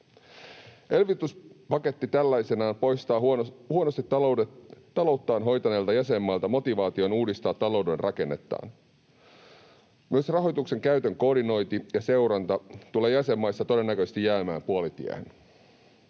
Elvytyspaketti tällaisenaan poistaa huonosti talouttaan hoitaneilta jäsenmailta motivaation uudistaa talouden rakennetaan. Myös rahoituksen käytön koordinointi ja seuranta tulee jäsenmaissa todennäköisesti jäämään puolitiehen.